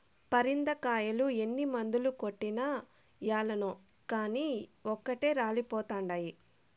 పరింద కాయలు ఎన్ని మందులు కొట్టినా ఏలనో కానీ ఓటే రాలిపోతండాయి